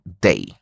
day